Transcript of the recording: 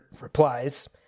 replies